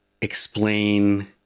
explain